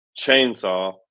chainsaw